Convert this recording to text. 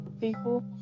people